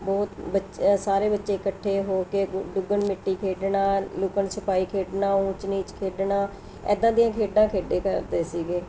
ਬਹੁਤ ਬੱਚ ਸਾਰੇ ਬੱਚੇ ਇਕੱਠੇ ਹੋ ਕੇ ਲੁਕਣ ਮਿਟੀ ਖੇਡਣਾ ਲੁਕਣ ਛਿਪਾਈ ਖੇਡਣਾ ਊਚ ਨੀਚ ਖੇਡਣਾ ਇੱਦਾਂ ਦੀਆਂ ਖੇਡਾਂ ਖੇਡਿਆ ਕਰਦੇ ਸੀਗੇ